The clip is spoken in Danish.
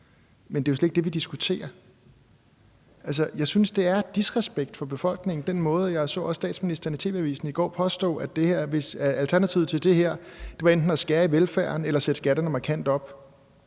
Men det er jo slet ikke det, vi diskuterer. Altså, jeg synes, det er disrespekt for befolkningen. Jeg så også statsministeren i tv-avisen i går påstå, at alternativet til det her enten var at skære i velfærden eller sætte skatterne markant op.